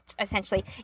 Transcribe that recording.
essentially